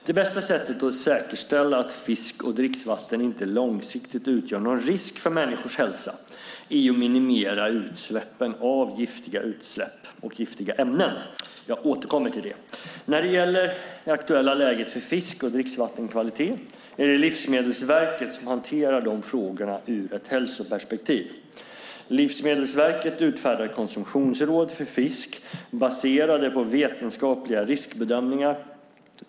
Det bästa sättet att säkerställa att fisk och dricksvatten inte långsiktigt utgör någon risk för människors hälsa är att minimera utsläppen av giftiga ämnen. Jag återkommer till det. När det gäller det aktuella läget för fisk och dricksvattenskvalitet är det Livsmedelsverket som hanterar dessa frågor ur ett hälsoperspektiv. Livsmedelsverket utfärdar konsumtionsråd för fisk baserade på vetenskapliga riskbedömningar.